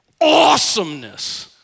awesomeness